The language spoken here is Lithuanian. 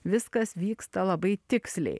viskas vyksta labai tiksliai